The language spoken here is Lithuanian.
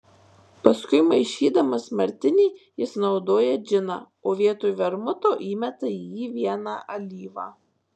paskui maišydamas martinį jis naudoja džiną o vietoj vermuto įmeta į jį vieną alyvą